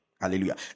Hallelujah